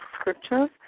scriptures